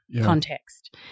context